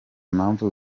mpamvu